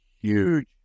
huge